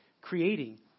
creating